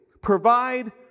provide